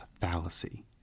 fallacy